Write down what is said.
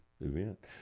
event